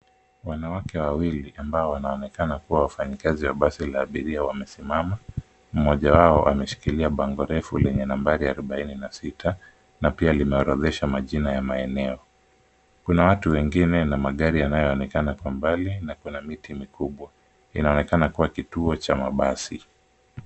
Wanawake wawili ambao wanaonekana kuwa wafanyikazi wa basi la abiria wamesimama. Mmoja wao ameshikilia bango refu lenye nambari arubaini na sita na pia limeorodhesha majina ya maeneo. Kuna watu wengine na magari yanayoonekana kwa mbali na kuna miti mikubwa. Inaonekana kuwa kituo cha mabasi.